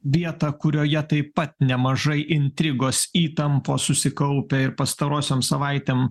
vietą kurioje taip pat nemažai intrigos įtampos susikaupę ir pastarosiom savaitėm